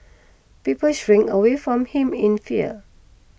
people shrink away from him in fear